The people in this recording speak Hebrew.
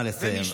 נא לסיים.